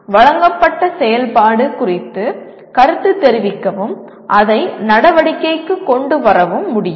வழங்கப்பட்ட செயல்பாடு குறித்து கருத்துத் தெரிவிக்கவும் அதை நடவடிக்கைக்கு கொண்டு வரவும் முடியும்